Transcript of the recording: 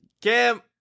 Cam